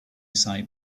site